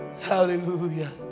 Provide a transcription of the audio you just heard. Hallelujah